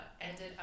ended